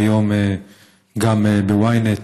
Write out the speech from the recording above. והיום גם ב-ynet,